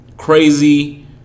crazy